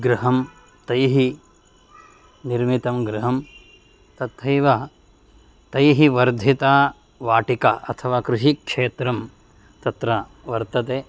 गृहं तैः निर्मितं गृहं तथैव तैः वर्धिता वाटिका अथवा कृषिक्षेत्रं तत्र वर्तते